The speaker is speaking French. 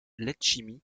letchimy